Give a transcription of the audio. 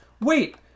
Wait